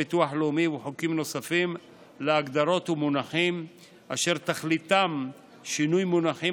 הביטוח הלאומי ובחוקים נוספים אשר תכליתם שינוי מונחים